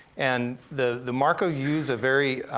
and the the marco used a very